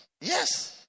Yes